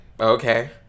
okay